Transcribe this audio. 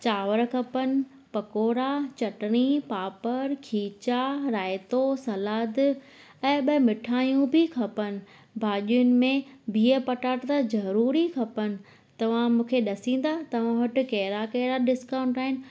चांवर खपनि पकोड़ा चटिणी पापड़ खीचा रायतो सलाद ऐं ॿ मिठायूं बि खपनि भाॼियुनि में बिह पटाटा त ज़रूर ई खपनि तव्हां मूंखे ॾसींदा तव्हां वटि कहिड़ा कहिड़ा डिस्काउंट आहिनि